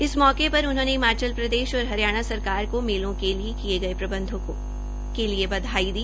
इस मौके पर उन्होंने हिमाचल प्रदेश और हरियाणा सरकार को मेले के लिए किए गए प्रबंधों की बधाई दी